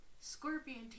Scorpion